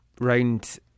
round